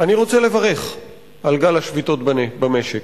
אני רוצה לברך על גל השביתות במשק.